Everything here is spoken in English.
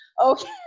Okay